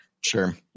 Sure